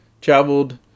Traveled